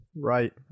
right